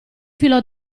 filo